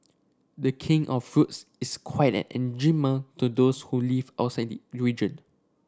the King of Fruits is quite an enigma to those who live outside region